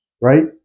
right